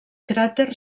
cràter